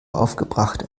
aufgebrachte